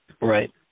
Right